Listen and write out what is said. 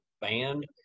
band